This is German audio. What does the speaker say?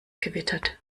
gewittert